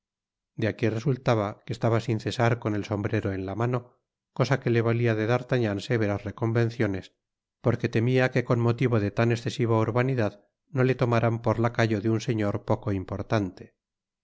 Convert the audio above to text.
de aquí resultaba que estaba sin cesar con el sombrero en la mano cosa qne le valia de d'artagnan severas reconvenciones porque temia que con motivo de tan escesiva urbanidad no le tomaran por lacayo de un señor poco importante